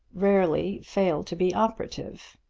rarely fail to be operative.